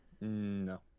No